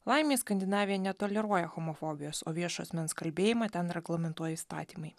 laimei skandinavija netoleruoja homofobijos o viešo asmens kalbėjimą ten reglamentuoja įstatymai